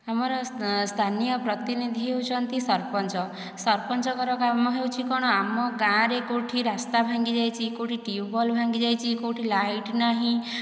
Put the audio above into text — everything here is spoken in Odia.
ଆମର ସ୍ଥାନୀୟ ପ୍ରତିନିଧି ହେଉଛନ୍ତି ସରପଞ୍ଚ ସରପଞ୍ଚଙ୍କର କାମ ହେଉଛି କଣ ଆମ ଗାଁରେ କେଉଁଠି ରାସ୍ତା ଭାଙ୍ଗିଯାଇଛି କେଉଁଠି ଟ୍ୟୁବୱେଲ୍ ଭାଙ୍ଗିଯାଇଛି କେଉଁଠି ଲାଇଟ୍ ନାହିଁ